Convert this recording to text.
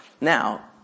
Now